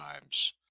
times